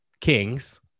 kings